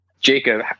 Jacob